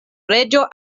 reĝo